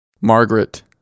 Margaret